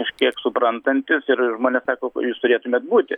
kažkiek suprantantis ir žmonės sako kad jūs turėtumėt būti